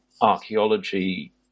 archaeology